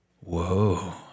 Whoa